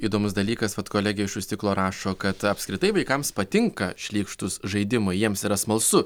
įdomus dalykas vat kolegė iš už stiklo rašo kad apskritai vaikams patinka šlykštūs žaidimai jiems yra smalsu